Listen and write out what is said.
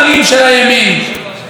חברתי היושבת-ראש,